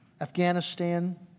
Afghanistan